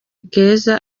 keza